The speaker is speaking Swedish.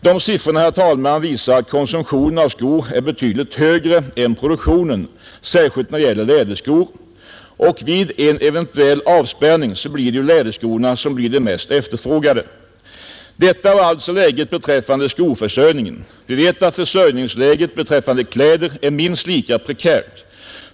Dessa siffror, herr talman, visar att konsumtionen av skor är betydligt högre än produktionen, särskilt i fråga om läderskor. Och vid en eventuell avspärrning blir det ju läderskor som blir mest efterfrågade. Detta var alltså läget beträffande skoförsörjningen. Vi vet att försörjningsläget i fråga om kläder är minst lika prekärt.